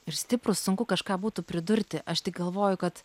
ir stiprūs sunku kažką būtų pridurti aš tik galvoju kad